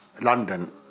London